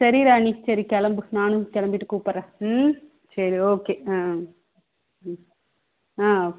சரி ராணி சரி கிளம்பு நானும் கிளம்பிட்டு கூப்பிட்றேன் ம் சரி ஓகே ஆ ம் ஆ ஓகே